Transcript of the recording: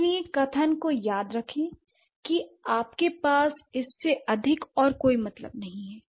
इसलिए कथन को याद रखें कि आपके पास इससे अधिक और कोई मतलब नहीं है